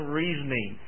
reasoning